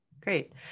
great